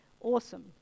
awesome